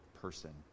person